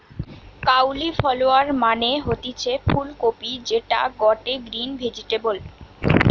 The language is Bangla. কাউলিফলোয়ার মানে হতিছে ফুল কপি যেটা গটে গ্রিন ভেজিটেবল